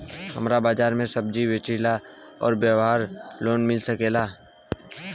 हमर बाजार मे सब्जी बेचिला और व्यापार लोन मिल सकेला?